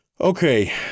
Okay